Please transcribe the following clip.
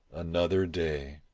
another day.